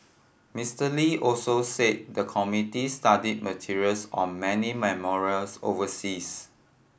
Mister Lee also said the committee study materials on many memorials overseas